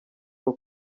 uwo